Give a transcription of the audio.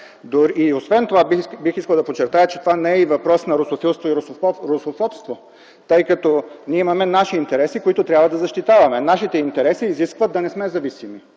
Освен това бих искал да подчертая, че това не е и въпрос на русофилство и русофобство, тъй като ние имаме наши интереси, които трябва да защитаваме. Нашите интереси изискват да не сме зависими.